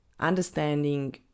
understanding